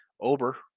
Ober